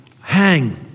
hang